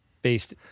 Based